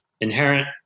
inherent